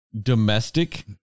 Domestic